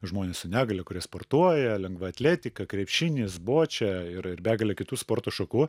žmonės su negalia kurie sportuoja lengva atletika krepšinis bočia ir ir begalė kitų sporto šakų